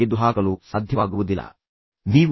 ಈಗ ಸಕ್ರಿಯ ಪ್ರತಿಫಲಿತ ಆಲಿಸುವಿಕೆಯನ್ನು ಮಾಡಿ